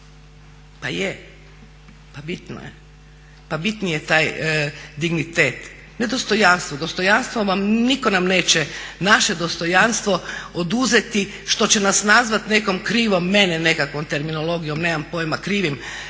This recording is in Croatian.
pa je, pa bitno je, pa bitni je taj dignitet, ne dostojanstvo, dostojanstvo nam niko neće naše dostojanstvo oduzeti što će nas nazvat nekom krivom, mene nekakvom terminologijom nemam pojma, krivim